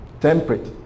Temperate